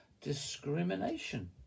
Discrimination